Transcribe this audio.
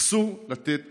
אסור לתת